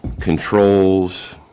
controls